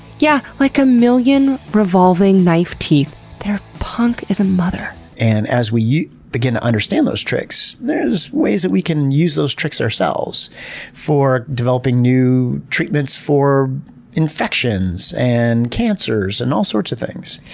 yeah, like a million revolving knife teeth that are punk as a mother. and as we begin to understand those tricks, there's ways that we can use those tricks ourselves for developing new treatments for infections, and cancers, and all sorts of things.